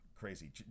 crazy